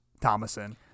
thomason